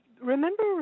remember